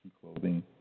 Clothing